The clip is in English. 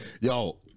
Yo